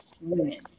women